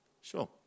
sure